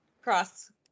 cross